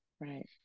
Right